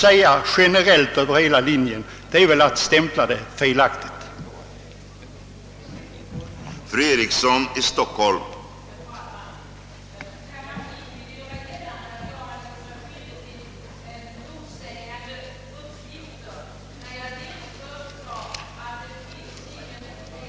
Att generalisera över hela linjen är väl att ge en felaktig stämpel åt det hela.